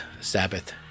sabbath